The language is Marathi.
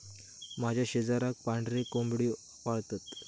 माझ्या शेजाराक पांढरे कोंबड्यो पाळतत